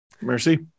Mercy